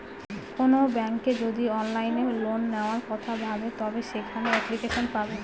কোনো ব্যাঙ্ক যদি অনলাইনে লোন নেওয়ার কথা ভাবে তবে সেখানে এপ্লিকেশন পাবে